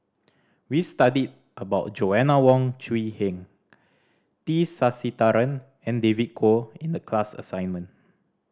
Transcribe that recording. we studied about Joanna Wong Quee Heng T Sasitharan and David Kwo in the class assignment